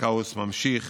והכאוס ממשיך